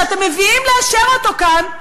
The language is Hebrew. שאתם מביאים לאשר כאן,